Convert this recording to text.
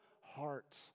heart